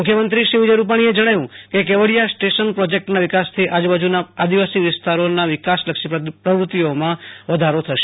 મુખ્યમત્રી શ્રી વિજય રૂપાણીએ જણાવ્યું કે કેવડીયા સ્ટશન પ્રોજેકટના વિકાસથી આજુબાજુના આદિવાસી વિસ્તારોની વિકાસલક્ષી પ્રવતિઓમાં વધારો થશે